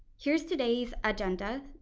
here's today's agenda.